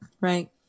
Right